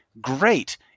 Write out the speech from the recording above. great